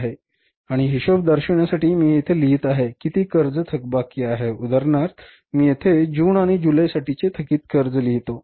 आणि हिशोब दर्शविण्यासाठी मी येथे लिहित आहे किती कर्ज थकबाकी आहे उदाहरणार्थ मी येथे जून आणि जुलै साठीचे थकित कर्ज लिहितो